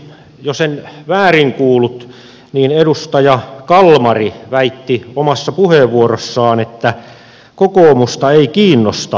jos en väärin kuullut niin edustaja kalmari väitti omassa puheenvuorossaan että kokoomusta ei kiinnosta elintarviketurvallisuus